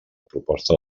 proposta